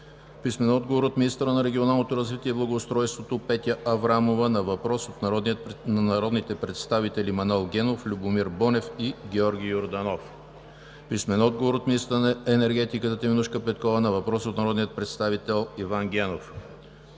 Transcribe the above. - от министъра на регионалното развитие и благоустройството Петя Аврамова на въпрос от народните представители Манол Генов, Любомир Бонев и Георги Йорданов; - от министъра на енергетиката Теменужка Петкова на въпрос от народния представител Иван Генов;